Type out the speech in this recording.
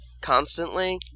constantly